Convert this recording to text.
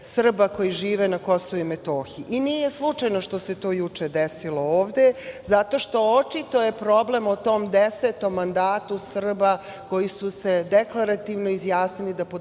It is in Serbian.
koji žive na KiM.Nije slučajno što se to juče desilo ovde, zato što očito je problem o tom desetom mandatu Srba koji su se deklarativno izjasnili da podržavaju